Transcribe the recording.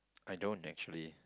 I don't actually